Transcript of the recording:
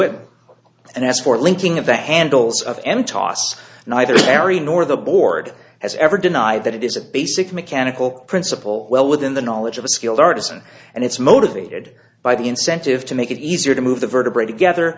it and ask for linking of the handles of em toss neither terry nor the board has ever denied that it is a basic mechanical principle well within the knowledge of a skilled artisan and it's motivated by the incentive to make it easier to move the vertebrae together